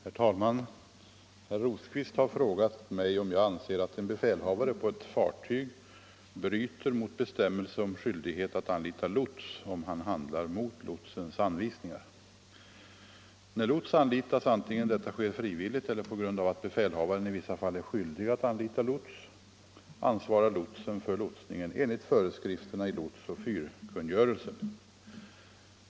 Herr talman! Herr Rosqvist har frågat mig om jag anser att en befälhavare på ett fartyg bryter mot bestämmelse om skyldighet att anlita lots om han handlar mot lotsens anvisningar. När lots anlitas — antingen detta sker frivilligt eller på grund av att befälhavaren i vissa fall är skyldig att anlita lots — ansvarar lotsen för att anlita lots Om skyldigheten att anlita lots lotsningen enligt föreskrifterna i lots och fyrkungörelsen.